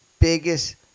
biggest